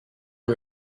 and